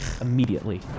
immediately